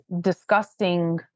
disgusting